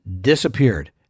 disappeared